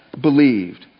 believed